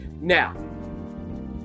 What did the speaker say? Now